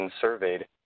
surveyed